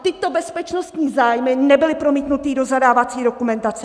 A tyto bezpečnostní zájmy nebyly promítnuty do zadávací dokumentace!